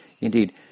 Indeed